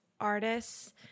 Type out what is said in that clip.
artists